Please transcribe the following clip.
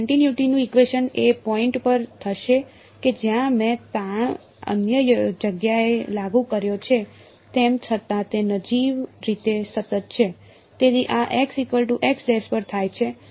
તેથી કન્ટિનયુટી નું ઇકવેશન એ પોઇન્ટ પર થશે કે જ્યાં મેં તાણ અન્ય જગ્યાએ લાગુ કર્યો છે તેમ છતાં તે નજીવી રીતે સતત છે તેથી આ xx પર થાય છે